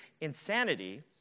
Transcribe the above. insanity